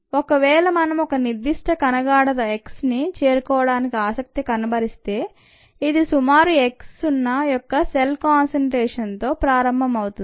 ఒకవేళ మనం ఒక నిర్ధిష్ట కణ గాఢత xని చేరుకోవడానికి ఆసక్తి కనబరిస్తే ఇది సుమారు x సున్నా యొక్కసెల్ కాన్సంట్రేషన్ తో ప్రారంభం అవుతుంది